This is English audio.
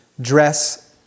dress